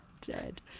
dead